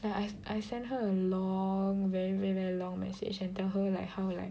I I sent her a long very very very long message and tell her like how like